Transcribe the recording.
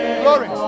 glory